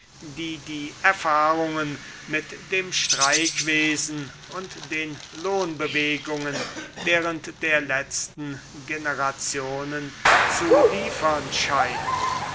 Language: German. die die erfahrungen mit dem streikwesen und den lohnbewegungen während der letzten generationen zu liefern scheinen